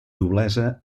noblesa